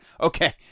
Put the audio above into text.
Okay